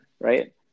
Right